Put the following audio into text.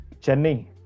Chennai